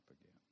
again